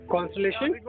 Constellation